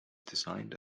designed